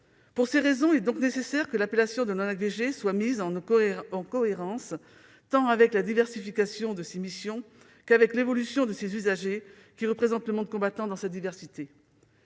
Pour ces raisons, il est donc nécessaire que l'appellation de l'ONACVG soit mise en cohérence tant avec la diversification de ses missions qu'avec l'évolution de ses usagers, qui représentent le monde combattant dans sa diversité.